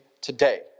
today